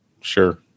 sure